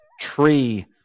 tree